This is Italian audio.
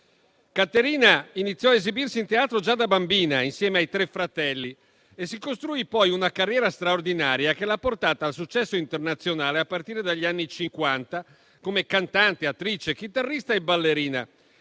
Caterina iniziò a esibirsi in teatro già da bambina, insieme ai tre fratelli, e si costruì poi una carriera straordinaria che l'ha portata al successo internazionale a partire dagli anni Cinquanta, come cantante, attrice, chitarrista e ballerina.